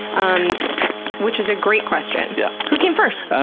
um which is a great question, yeah who came first?